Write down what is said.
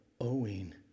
owing